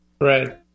Right